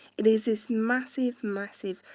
it is this massive, massive,